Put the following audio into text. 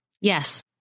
Yes